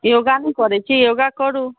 योगा नहि करए छी योगा करूँ